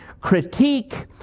critique